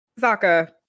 Zaka